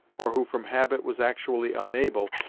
or who from habit was actually unable,